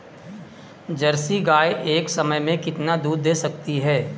Jersey गाय एक समय में कितना दूध दे सकती है?